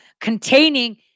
containing